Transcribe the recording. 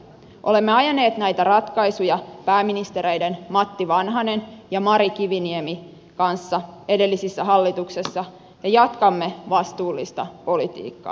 olemme ajaneet näitä ratkaisuja pääministereiden matti vanhanen ja mari kiviniemi kanssa edellisissä hallituksissa ja jatkamme vastuullista politiikkaa